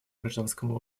гражданскому